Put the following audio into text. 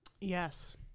yes